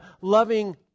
loving